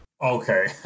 Okay